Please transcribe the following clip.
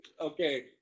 Okay